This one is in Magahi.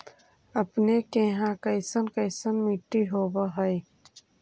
अपने के यहाँ कैसन कैसन मिट्टी होब है?